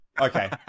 Okay